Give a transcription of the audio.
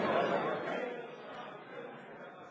אצלי במדרגות: יש פה מצלמות,